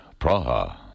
Praha